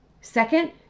Second